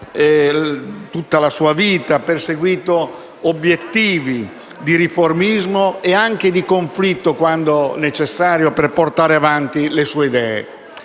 tutta la sua vita, ha perseguito obiettivi di riformismo e anche di conflitto, quando necessario, per portare avanti le sue idee.